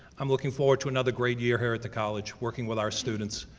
i'm looking forward to another great year here at the college, working with our students.